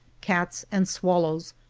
cats and swallows,